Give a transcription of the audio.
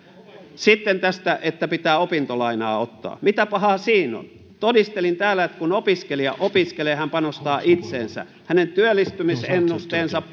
sitten tästä että pitää opintolainaa ottaa mitä pahaa siinä on todistelin täällä että kun opiskelija opiskelee hän panostaa itseensä hänen työllistymisennusteensa